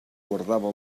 guardava